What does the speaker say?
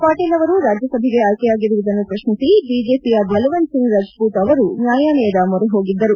ಪಟೇಲ್ ಅವರು ರಾಜ್ಯಸಭೆಗೆ ಆಯ್ಕೆಯಾಗಿರುವುದನ್ನು ಪ್ರಶ್ನಿಸಿ ಬಿಜೆಪಿಯ ಬಲವಂತ್ ಸಿಂಗ್ ರಜಪೂತ್ ಅವರು ನ್ಲಾಯಾಲಯದ ಮೊರೆ ಹೋಗಿದ್ದರು